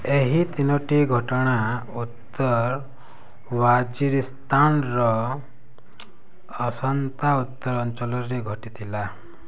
ଏହି ତିନୋଟି ଘଟଣା ଉତ୍ତର ୱାଜିରିସ୍ତାନର ଅଶାନ୍ତ ଉତ୍ତର ଅଞ୍ଚଳରେ ଘଟିଥିଲା